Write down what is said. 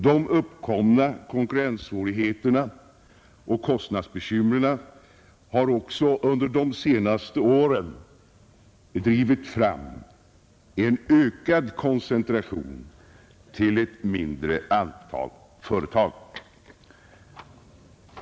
De uppkomna konkurrenssvårigheterna och kostnadsbekymren har under de senaste åren drivit fram en ökad koncentration till ett mindre antal företag.